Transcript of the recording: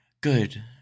good